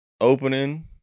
opening